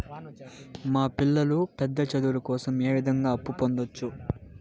మా పిల్లలు పెద్ద చదువులు కోసం ఏ విధంగా అప్పు పొందొచ్చు?